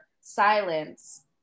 silence